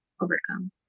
overcome